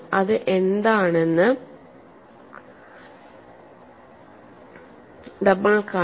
അത് എന്താണെന്ന് നമ്മൾ കാണും